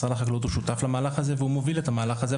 משרד החקלאות הוא שותף למהלך הזה והוא מוביל את המהלך הזה,